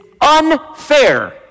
unfair